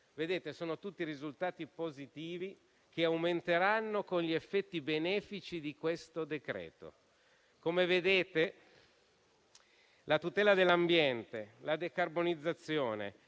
Vedete: sono tutti risultati positivi, che aumenteranno con gli effetti benefici di questo decreto-legge. Come potete rilevare, la tutela dell'ambiente, la decarbonizzazione,